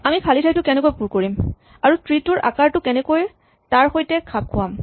আমি খালী ঠাইটো কেনেকৈ পুৰ কৰিম আৰু ট্ৰী টোৰ আকাৰটো কেনেকৈ তাৰ সৈতে খাপ খুৱাম